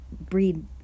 breed